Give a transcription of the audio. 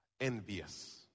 envious